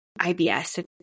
IBS